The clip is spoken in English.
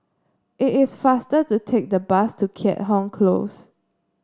it is faster to take the bus to Keat Hong Close